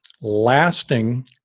lasting